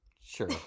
sure